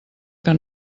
que